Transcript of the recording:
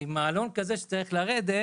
כי מעלון כזה, שצריך לרדת